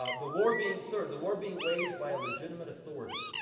ah the war being third, the war being waged by a legitimate authority.